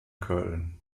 köln